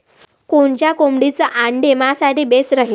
कोनच्या कोंबडीचं आंडे मायासाठी बेस राहीन?